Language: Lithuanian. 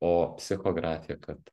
o psichografija kad